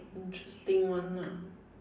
interesting one ah